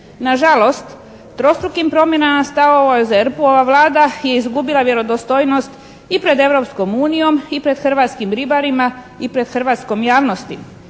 Nažalost trostrukim promjenama stavova o ZERP-u ova Vlada je izgubila vjerodostojnost i pred Europskom unijom i pred hrvatskim ribarima i pred hrvatskom javnosti.